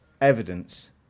evidence